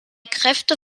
kräfte